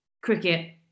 cricket